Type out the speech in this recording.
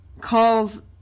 calls